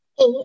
Eight